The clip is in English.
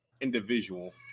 individual